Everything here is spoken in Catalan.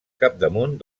capdamunt